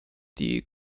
die